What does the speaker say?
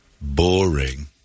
Boring